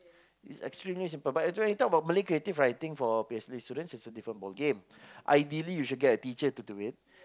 is extremely simple but when you talk about Malay creative writing for P_M_C_A student is a different ballgame ideally you should get a teacher to do it